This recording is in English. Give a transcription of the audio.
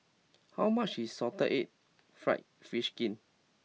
how much is salted egg fried fish skin